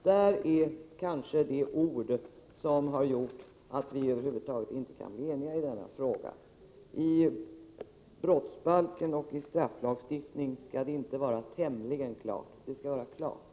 Det är kanske dessa ord som har gjort att vi över huvud taget inte kan bli eniga i denna fråga. När det gäller brottsbalken och strafflagstiftningen skall det inte vara tämligen klart — det skall vara klart.